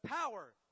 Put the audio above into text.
power